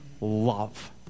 love